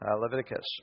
Leviticus